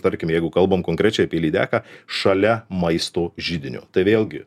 tarkim jeigu kalbam konkrečiai apie lydeką šalia maisto židinio tai vėlgi